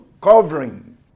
covering